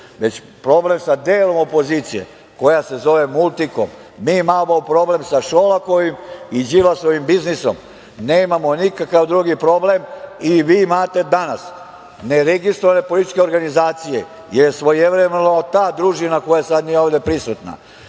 već problem sa delom opozicije koja se zove „Multikom“, imamo problem sa Šolakom i Đilasovim biznisom. Nemamo nikakav drugi problem. Danas imate neregistrovane političke organizacije, jer svojevremeno ta družina koja nije sada ovde prisutna